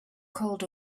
called